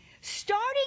starting